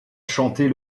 chanter